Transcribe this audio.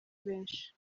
benshi